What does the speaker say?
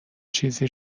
چیزی